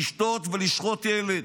לשתות ולשחוט ילד.